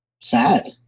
sad